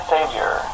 Savior